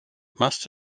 must